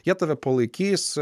jie tave palaikys